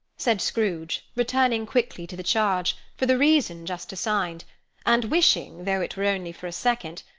said scrooge, returning quickly to the charge, for the reason just assigned and wishing, though it were only for a second,